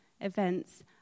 events